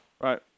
Right